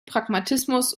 pragmatismus